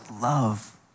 love